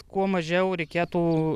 kuo mažiau reikėtų